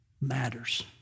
matters